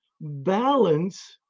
balance